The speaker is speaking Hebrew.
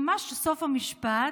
אני ממש בסוף המשפט.